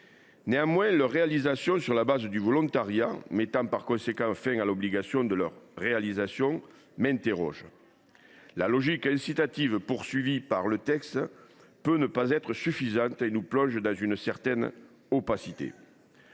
Néanmoins, leur réalisation sur la base du volontariat, mettant par conséquent fin à l’obligation de leur réalisation, me pose question. La logique incitative visée par le texte peut ne pas être suffisante ; elle nous plonge dans une certaine opacité.